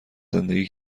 زندگی